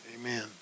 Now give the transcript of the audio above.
Amen